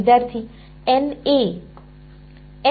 विद्यार्थी एन ए